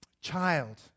child